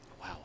Wow